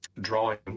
drawing